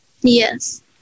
Yes